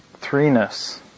threeness